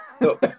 No